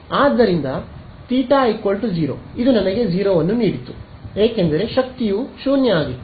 ಆದ್ದರಿಂದ θ 0 ಇದು ನನಗೆ 0 ನೀಡಿತು ಏಕೆಂದರೆ ಶಕ್ತಿಯು 0 ಆಗಿತ್ತು